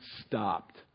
stopped